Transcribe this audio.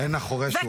עין החורש הוא אמר.